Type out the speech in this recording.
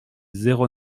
zéro